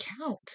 count